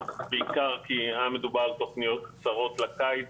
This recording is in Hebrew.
בעיקר כי היה מדובר בתוכניות קצרות לקיץ.